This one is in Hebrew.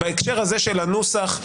בהקשר הזה של הנוסח,